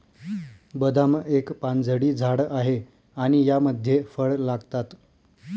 बदाम एक पानझडी झाड आहे आणि यामध्ये फळ लागतात